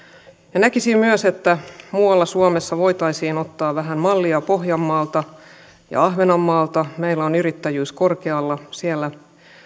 ja näkisin myös että muualla suomessa voitaisiin ottaa vähän mallia pohjanmaalta ja ahvenanmaalta meillä on yrittäjyys korkealla siellä